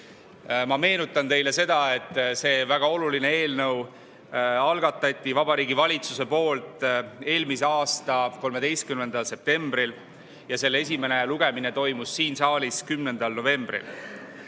Meenutan teile, et selle väga olulise eelnõu algatas Vabariigi Valitsus eelmise aasta 13. septembril ja selle esimene lugemine siin saalis toimus 10. novembril.